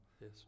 Yes